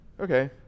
Okay